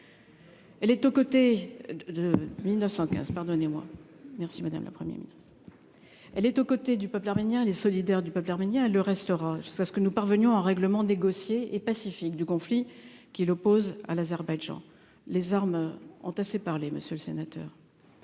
elle est aux côtés du peuple arménien les solidaire du peuple arménien le restera, je sais ce que nous parvenions à un règlement négocié et pacifique du conflit qui l'oppose à l'Azerbaïdjan, les armes ont assez parlé, Monsieur le Sénateur,